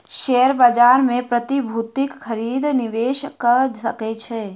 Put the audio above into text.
share बाजार मे प्रतिभूतिक खरीद निवेशक कअ सकै छै